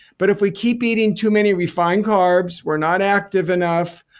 but if we keep eating too many refined carbs, we're not active enough,